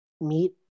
meet